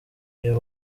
iyo